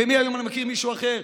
ומהיום אני מכיר מישהו אחר.